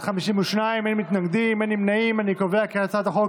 ההצעה להעביר את הצעת חוק